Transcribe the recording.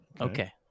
Okay